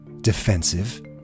defensive